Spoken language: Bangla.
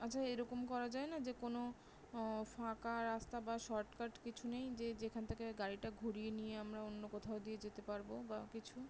আচ্ছা এরকম করা যায় না যে কোনো ফাঁকা রাস্তা বা শর্টকাট কিছু নেই যে যেখান থেকে গাড়িটা ঘুরিয়ে নিয়ে আমরা অন্য কোথাও দিয়ে যেতে পারবো বা কিছু